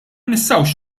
nistgħux